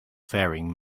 faring